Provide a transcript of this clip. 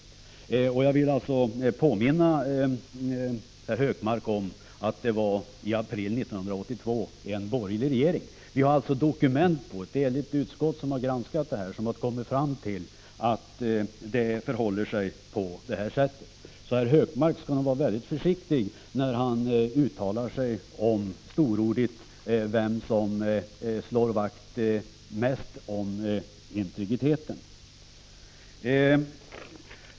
Jag vill påminna herr Hökmark om att det var i april 1982, när landet hade en borgerlig regering. Och det var som sagt ett enigt utskott som gjorde denna bedömning. Så herr Hökmark bör nog vara försiktig med att uttala sig storordigt om vem som mest slår vakt om integriteten.